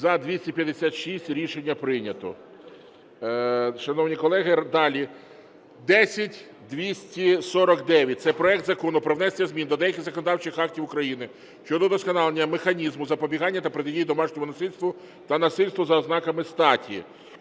За-256 Рішення прийнято. Шановні колеги, далі 10249. Це проект Закону про внесення змін до деяких законодавчих актів України щодо удосконалення механізму запобігання та протидії домашньому насильству та насильству за ознакою статі.